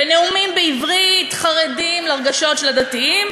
בנאומים בעברית חרדים לרגשות של הדתיים,